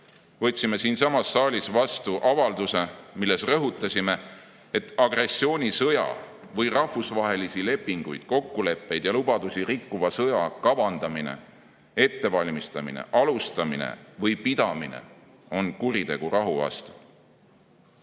võtsime siinsamas saalis vastu avalduse, milles rõhutasime, et agressioonisõja või rahvusvahelisi lepinguid, kokkuleppeid ja lubadusi rikkuva sõja kavandamine, ettevalmistamine, alustamine või pidamine on kuritegu rahu vastu.